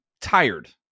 tired